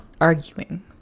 arguing